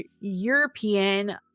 European